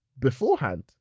beforehand